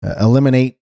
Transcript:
Eliminate